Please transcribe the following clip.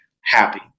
happy